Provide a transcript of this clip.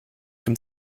dem